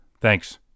Thanks